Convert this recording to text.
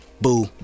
boo